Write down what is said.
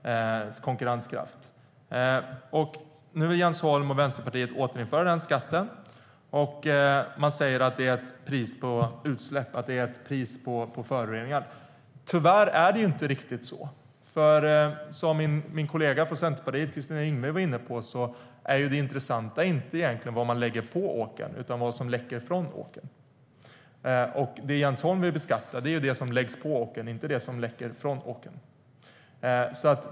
Nu vill Jens Holm och Vänsterpartiet återinföra den skatten. Man säger att det är ett pris på utsläpp och föroreningar. Tyvärr är det inte riktigt så. Som min kollega från Centerpartiet, Kristina Yngwe, var inne på är det intressanta egentligen inte vad man lägger på åkern, utan vad som läcker från åkern. Det Jens Holm vill beskatta är det som läggs på åkern, inte det som läcker från åkern.